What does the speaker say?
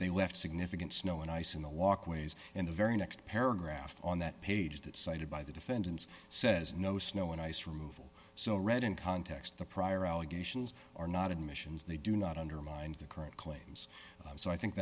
they left significant snow and ice in the walkways and the very next paragraph on that page that cited by the defendants says no snow and ice removal so read in context the prior allegations are not admissions they do not undermine the current claims so i think